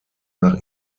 nach